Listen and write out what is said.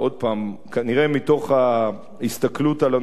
כנראה מתוך ההסתכלות על הנושא או חוסר